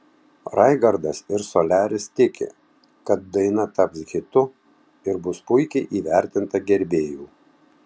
raigardas ir soliaris tiki kad daina taps hitu ir bus puikiai įvertinta gerbėjų